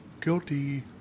Guilty